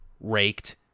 Raked